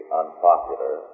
unpopular